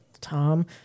Tom